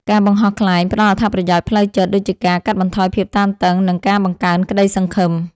ការបង្ហោះខ្លែងផ្ដល់អត្ថប្រយោជន៍ផ្លូវចិត្ត ដូចជាការកាត់បន្ថយភាពតានតឹង និងការបង្កើនក្តីសង្ឃឹម។